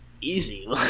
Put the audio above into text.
easy